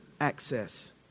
access